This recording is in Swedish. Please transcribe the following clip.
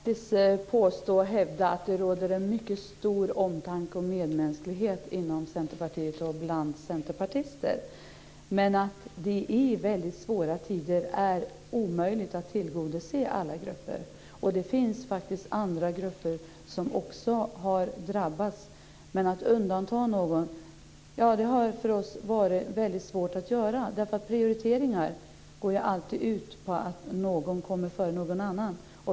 Herr talman! Jag vill hävda att det råder en mycket stor omtanke och medmänsklighet inom Centerpartiet och bland centerpartister. Men i svåra tider är det omöjligt att tillgodose alla grupper, och det finns faktiskt andra grupper som också har drabbats. Att göra undantag har för oss varit svårt. Prioriteringar går ju alltid ut på att någon kommer före någon annan.